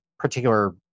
particular